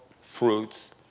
fruits